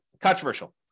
controversial